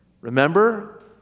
Remember